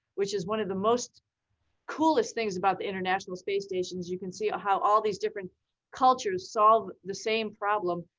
which is one of the most coolest things about the international space stations. you can see ah how all these different cultures solve the same problem.